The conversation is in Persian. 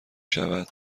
شود